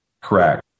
Correct